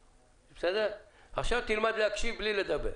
אדוני, עכשיו תלמד להקשיב בלי לדבר.